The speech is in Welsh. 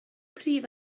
prif